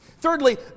Thirdly